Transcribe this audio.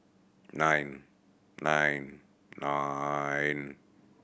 nine nine nine